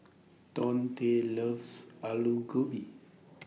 Donte loves Alu Gobi